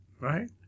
right